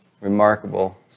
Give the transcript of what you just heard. remarkable